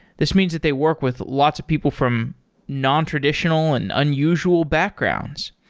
this means that they work with lots of people from nontraditional and unusual backgrounds.